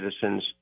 citizens